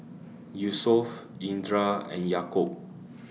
Yusuf Indra and Yaakob